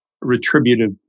retributive